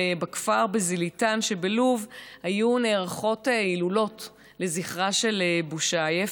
בכפר זליתן שבלוב היו נערכות הילולות לזכרה של בושאייף,